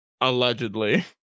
allegedly